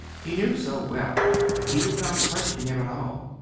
he knew so well that he did not question him at all.